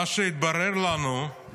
מה שהתברר לנו זה